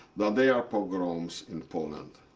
that there are pogroms in poland.